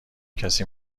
کسی